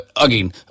again